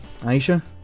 Aisha